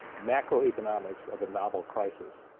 macroeconomics of a novel crisis,